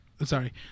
Sorry